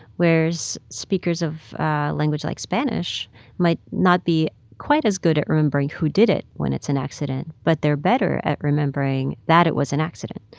whereas speakers of a language like spanish might not be quite as good at remembering who did it when it's an accident, but they're better at remembering that it was an accident.